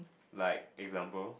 like example